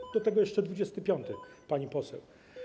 Luty, do tego jeszcze dwudziesty piąty, pani poseł.